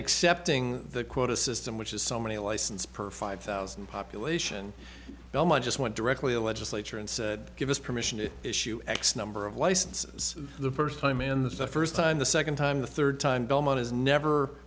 accepting the quota system which is so many license per five thousand population belmont just went directly a legislature and said give us permission to issue x number of licenses the first time and the first time the second time the third time belmont is never